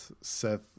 seth